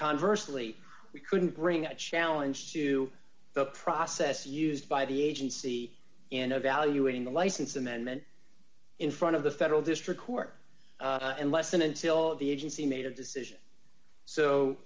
conversely we couldn't bring a challenge to the process used by the agency in evaluating the license amendment in front of the federal district court unless and until the agency made a decision so